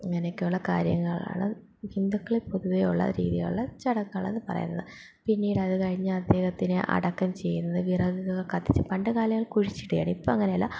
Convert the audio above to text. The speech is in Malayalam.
അങ്ങനെയൊക്കെയുള്ള കാര്യങ്ങളാണ് ഹിന്ദുക്കളെ പൊതുവേയുള്ള രീതിയുള്ള ചടങ്ങുകളെന്ന് പറയുന്നത് പിന്നീട് അത് കഴിഞ്ഞ് അദ്ദേഹത്തിനെ അടക്കം ചെയ്യുന്നത് വിറകുകളൊക്കെ കത്തിച്ച് പണ്ട് കാലങ്ങൾ കുഴിച്ചിടുകയാണ് ഇപ്പം അങ്ങനെയല്ല